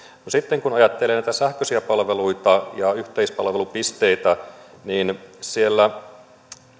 no sitten kun ajattelee näitä sähköisiä palveluita ja yhteispalvelupisteitä niin siellä